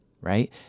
Right